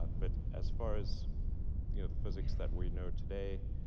ah but as far as you know the physics that we know today,